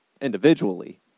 individually